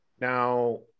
Now